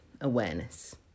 awareness